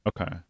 Okay